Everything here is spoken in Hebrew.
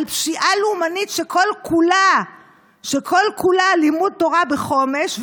על פשיעה לאומנית שכל-כולה לימוד תורה בחומש,